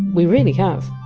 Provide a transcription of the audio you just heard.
we really have.